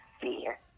fear